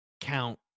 Count